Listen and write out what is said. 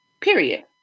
period